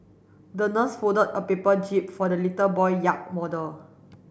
the nurse folded a paper jib for the little boy yacht model